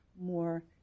more